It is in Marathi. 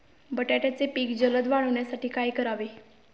बटाट्याचे पीक जलद वाढवण्यासाठी काय करावे?